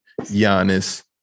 Giannis